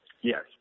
Yes